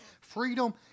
Freedom